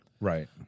Right